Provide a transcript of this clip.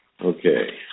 Okay